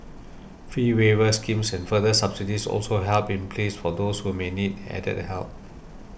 fee waiver schemes and further subsidies also have in place for those who may need added help